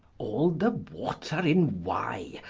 all the water in wye,